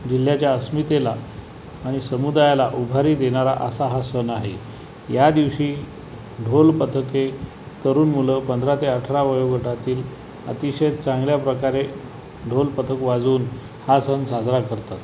जिल्ह्याच्या अस्मितेला आणि समुदायाला उभारी देणारा असा हा सण आहे या दिवशी ढोलपथके तरुण मुलं पंधरा ते अठरा वयोगटातील अतिशय चांगल्या प्रकारे ढोलपथक वाजवून हा सण साजरा करतात